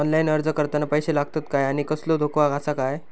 Online अर्ज करताना पैशे लागतत काय आनी कसलो धोको आसा काय?